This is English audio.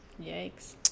Yikes